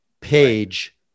page